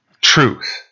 truth